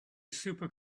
super